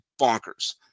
bonkers